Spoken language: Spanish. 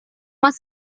más